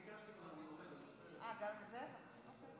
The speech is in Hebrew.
אם